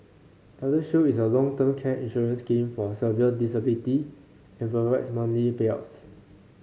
elder shield is a long term care insurance scheme for severe disability and provides monthly payouts